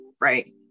right